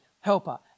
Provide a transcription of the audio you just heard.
helper